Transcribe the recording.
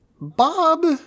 Bob